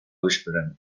whispering